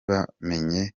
bamenye